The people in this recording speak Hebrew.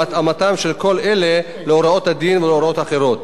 והתאמתם של כל אלה להוראות הדין והוראות אחרות.